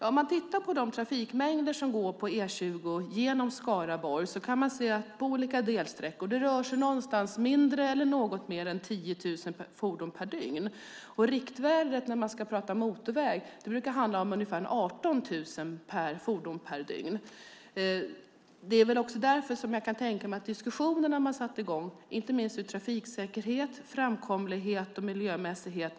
Tittar man på de trafikmängder som går på E20 genom Skaraborg kan man se att det på olika delsträckor rör sig om knappt eller drygt 10 000 fordon per dygn. Riktvärdet när man talar motorväg brukar vara 18 000 fordon per dygn. Det är väl det som har satt i gång diskussionerna om trafiksäkerhet, framkomlighet och miljömässighet.